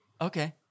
Okay